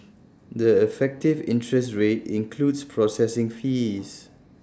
the effective interest rate includes processing fees